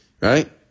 Right